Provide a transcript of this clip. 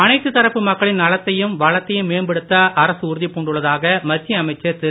அனைத்துத் தரப்பு மக்களின் நலத்தையும் வளத்தையும் மேம்படுத்த அரசு உறுதி பூண்டுள்ளதாக மத்திய அமைச்சர் திரு